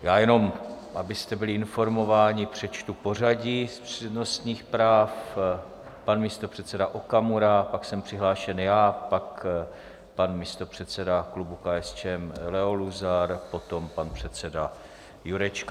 Já jenom, abyste byli informováni, přečtu pořadí přednostních práv: pan místopředseda Okamura, pak jsem přihlášen já, pak pan místopředseda klubu KSČM Leo Luzar, potom pan předseda Jurečka.